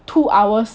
two hours